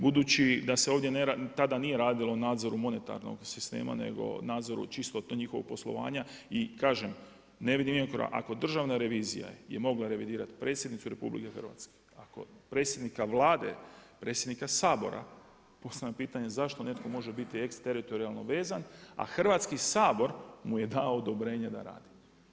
Budući da se ovdje tada nije radilo u nadzoru monetarnog sistema, nego nadzoru čisto tog njihovog poslovanja i kažem ne vidim nikakvog, ako Državna revizija je mogla revidirati predsjednicu RH, predsjednika Vlade, predsjednika Sabora, postavljam pitanje, zašto netko može biti ex teritorijalno vezan, a Hrvatski sabor mu je dao odobrenje da radi.